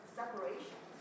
separation